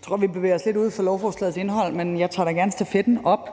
Jeg tror, vi bevæger os lidt uden for lovforslagets indhold, men jeg tager da gerne stafetten op.